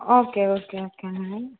okay okay ஓகேங்க